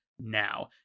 now